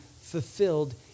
fulfilled